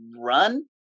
run